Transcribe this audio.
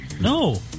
No